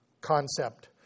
concept